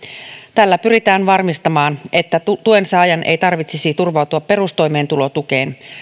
tällä pyritään varmistamaan että tuensaajan ei tarvitsisi turvautua perustoimeentulotukeen